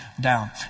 down